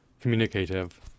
communicative